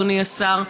אדוני השר,